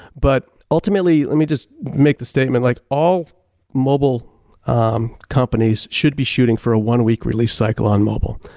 but ultimately, let me just make the statement like all mobile um companies should be shooting for a one week release cycle on mobile.